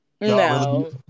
No